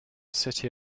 city